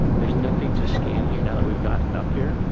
there's nothing to scan here now that we've gotten up here.